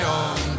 on